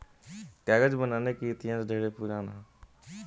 कागज बनावे के इतिहास ढेरे पुरान ह